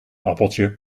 appeltje